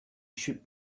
should